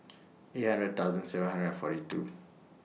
eight hundred thousand seven hundred and forty two